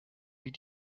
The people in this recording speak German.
wie